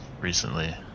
recently